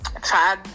try